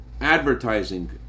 advertising